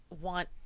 want